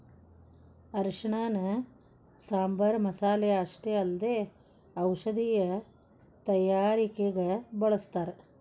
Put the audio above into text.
ಅರಿಶಿಣನ ಸಾಂಬಾರ್ ಮಸಾಲೆ ಅಷ್ಟೇ ಅಲ್ಲದೆ ಔಷಧೇಯ ತಯಾರಿಕಗ ಬಳಸ್ಥಾರ